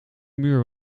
muur